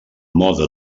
mode